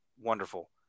wonderful